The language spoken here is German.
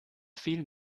viel